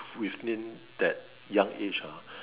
within that young age ah